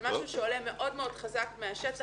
זה משהו שעולה מאוד חזק מהשטח.